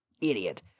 idiot